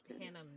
Hannah